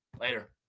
Later